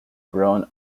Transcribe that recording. grown